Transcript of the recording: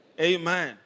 Amen